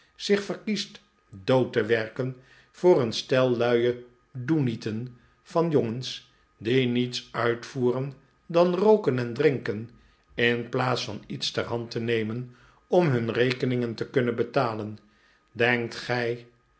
zich verkiest dood te werken voor een stel luie doenieten van jongens die niets uitvoeren dan rooken en drinken in plaats van lets ter hand te nemen om hun rekeningen te kunnen betalen denkt gij